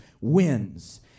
wins